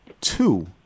two